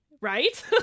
right